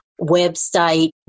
website